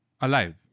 Alive